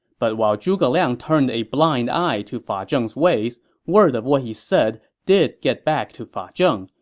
but while zhuge liang turned a blind eye to fa zheng's ways, word of what he said did get back to fa zheng,